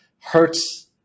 hurts